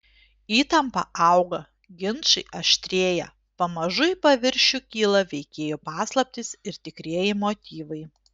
įtampa auga ginčai aštrėja pamažu į paviršių kyla veikėjų paslaptys ir tikrieji motyvai